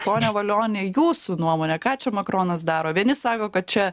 pone valioni jūsų nuomone ką čia makronas daro vieni sako kad čia